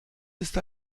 ist